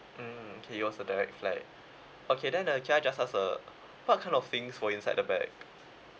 mm okay it was a direct flight okay then uh can I just ask uh what kind of things were inside the bag